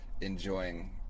enjoying